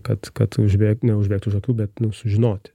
kad kad užbėk neužbėgt už akių bet nu sužinoti